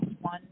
one